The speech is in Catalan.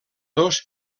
dos